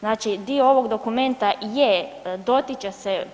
Znači dio ovog dokumenta je dotiče se